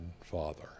father